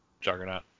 Juggernaut